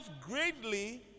greatly